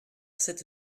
cet